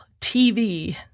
TV